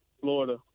Florida